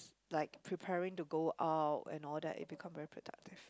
like preparing to go out and all that it become very productive